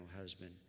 husband